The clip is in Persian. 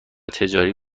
تجاری